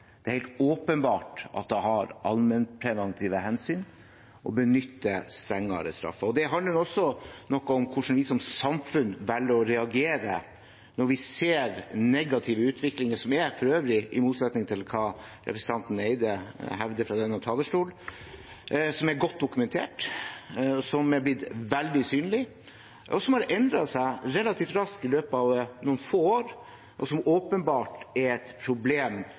Det er helt åpenbart at det er å ta allmennpreventive hensyn å benytte strengere straffer. Det handler også noe om hvordan vi som samfunn velger å reagere når vi ser den negative utviklingen som er – for øvrig i motsetning til hva representanten Eide hevder fra denne talerstol – som er godt dokumentert, som er blitt veldig synlig, som har endret seg relativt raskt i løpet av noen få år, og som åpenbart er et problem